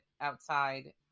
outside